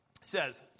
says